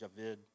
Javid